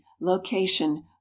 location